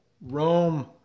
Rome